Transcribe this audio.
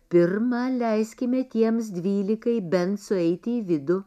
pirma leiskime tiems dvylikai bent sueiti į vidų